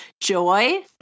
joy